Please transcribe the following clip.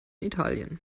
italien